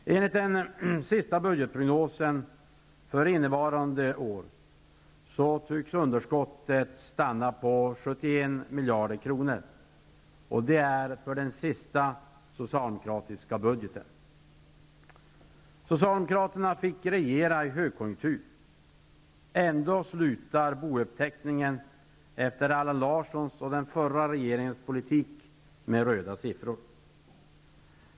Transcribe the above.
Enligt den senaste budgetprognosen för innevarande år blir underskottet drygt 71 miljarder kronor för den sista socialdemokratiska budgeten. Socialdemokraterna fick regera i högkonjunktur. Ändå slutar bouppteckningen efter Allan Larssons och den förra regeringens politik med röda siffror.